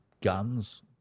guns